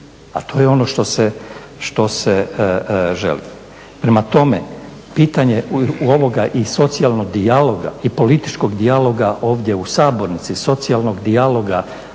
a to je ono što se želi. Prema tome, pitanje ovoga i socijalnog dijaloga i političkog dijaloga ovdje u sabornici, socijalnog dijaloga